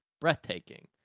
breathtaking